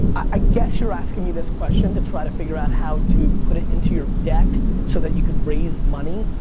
i guess you're asking me this question to try to figure out how to put it into your deck so that you can raise money.